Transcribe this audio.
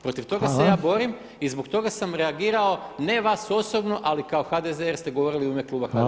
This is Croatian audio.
Protiv toga se ja borim i zbog toga sam reagirao, ne vas osobno ali kao HDZ jer ste govorili u ime kluba HDZ-a.